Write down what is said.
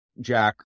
jack